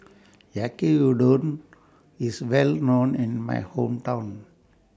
Yaki Udon IS Well known in My Hometown